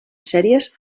sèries